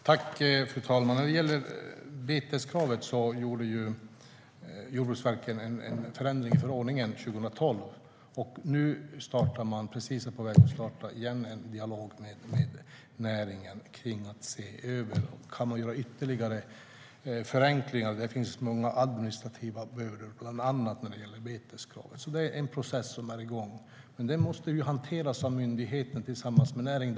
Fru talman! Jordbruksverket gjorde 2012 en förändring i förordningen när det gäller beteskravet. Nu är de precis på väg att starta en dialog med näringen igen om att se över om man kan göra ytterligare förenklingar. Det finns många administrativa bördor, bland annat när det gäller beteskravet. Det är en process som är igång. Men den måste hanteras av myndigheten tillsammans med näringen.